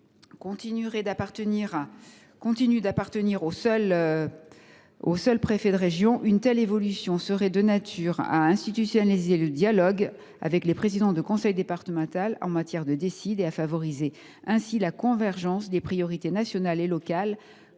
continuerait d’appartenir au seul préfet de région, une telle évolution serait de nature à institutionnaliser le dialogue avec les présidents de conseil départemental en matière de DSID, donc à favoriser la convergence entre priorités nationales et locales